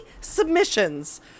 Submissions